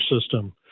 system